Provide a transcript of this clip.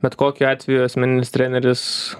bet kokiu atveju asmeninis treneris